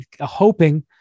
hoping